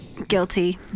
Guilty